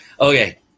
Okay